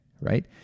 right